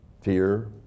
fear